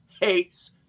hates